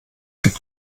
gibt